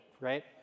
right